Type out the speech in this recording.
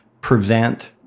prevent